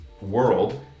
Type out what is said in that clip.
world